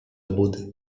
budy